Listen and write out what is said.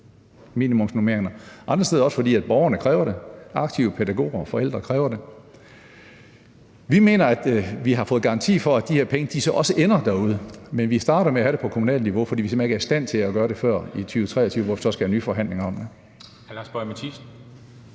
andre steder er det, fordi borgerne, aktive borgere, pædagoger og forældre kræver det. Vi mener, at vi har fået garanti for, at de her penge så også ender derude. Men vi starter med at have det på kommunalt niveau, fordi vi simpelt hen ikke er i stand til at gøre det før i 2023, hvor vi så skal have nye forhandlinger om det.